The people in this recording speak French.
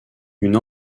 une